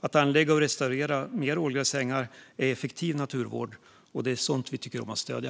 Att restaurera och anlägga fler ålgräsängar är effektiv naturvård, och det är sådant vi tycker om att stödja.